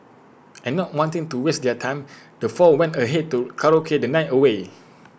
and not wanting to waste their time the four went ahead to karaoke the night away